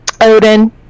Odin